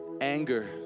anger